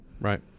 right